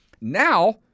Now